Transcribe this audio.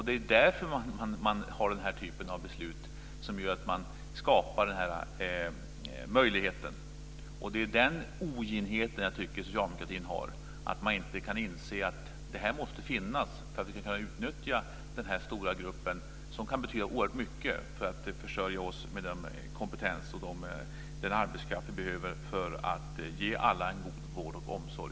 Det är därför vi vill ha den här typen av beslut som skapar den här möjligheten. Det är en oginhet som jag tycker att socialdemokratin har som gör att man inte kan inse att det här måste finnas för att vi ska kunna utnyttja den stora gruppen, som kan betyda oerhört mycket för att försörja oss med den kompetens och den arbetskraft som vi behöver för att ge alla en god vård och omsorg.